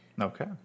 Okay